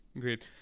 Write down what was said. Great